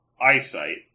eyesight